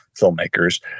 filmmakers